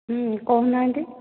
କହୁନାହାନ୍ତି